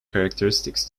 characteristics